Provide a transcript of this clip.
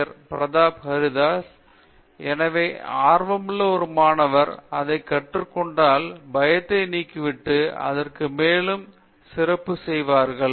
பேராசிரியர் பிரதாப் ஹரிதாஸ் எனவே ஆர்வமுள்ள ஒரு மாணவர் அதைக் கற்றுக் கொண்டால் பயத்தை நீக்கிவிட்டு அதற்கு மேலும் சிறப்பு செய்வார்கள்